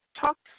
talks